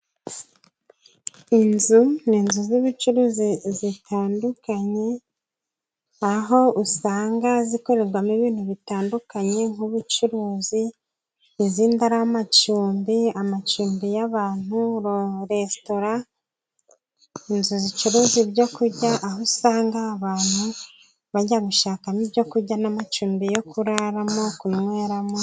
Inzu ni inzu z'ubicuruzi zitandukanye, aho usanga zikorerwamo ibintu bitandukanye nk'ubucuruzi, izindi ari amacumbi, amacumbi y'abantu, roresitora, inzu zicuruza ibyo kurya, aho usanga abantu bajya gushakamo ibyoku kurya n'amacumbi yo kuraramo, kunyweramo.....